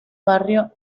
barrio